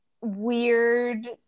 weird